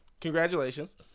Congratulations